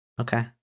Okay